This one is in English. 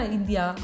India